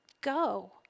go